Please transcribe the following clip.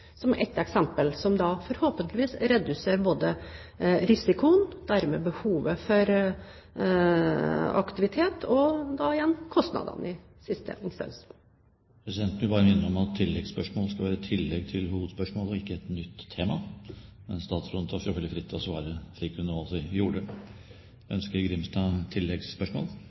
som ett eksempel som forhåpentligvis reduserer både risikoen og dermed behovet for aktivitet og da igjen kostnadene i siste instans. Presidenten vil bare minne om at tilleggsspørsmål skal være et tillegg til hovedspørsmål og ikke et nytt tema. Men statsråden står selvfølgelig fritt til å svare, slik hun nå også gjorde. Ønsker Grimstad tilleggsspørsmål?